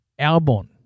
Albon